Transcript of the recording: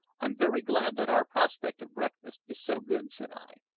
i'm very glad that our prospect of breakfast is so good, said i,